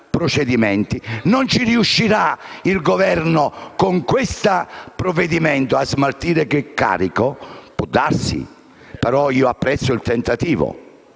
non riuscirà, con questo provvedimento, a smaltire quel carico? Può darsi, però io apprezzo il tentativo,